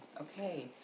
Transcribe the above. Okay